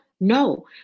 No